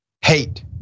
Hate